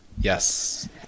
Yes